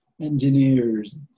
engineers